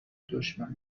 دشمن